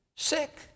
Sick